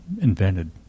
invented